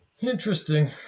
Interesting